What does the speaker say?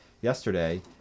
yesterday